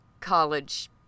College